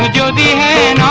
ah da da